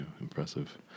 Impressive